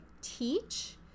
teach